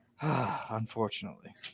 Unfortunately